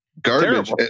garbage